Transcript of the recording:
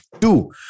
two